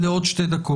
יש לנו עוד שתי דקות.